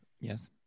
yes